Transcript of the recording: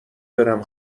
برم